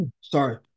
Sorry